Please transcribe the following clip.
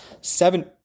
seven